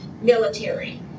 military